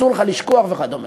אסור לך לשכוח וכדומה.